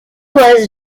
was